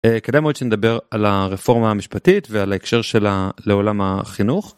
כדאי מאוד שנדבר על הרפורמה המשפטית ועל ההקשר שלה לעולם החינוך,